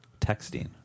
texting